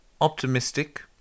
optimistic